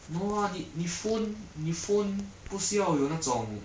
no ah 你你 phone 你 phone 不是要有那种